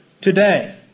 today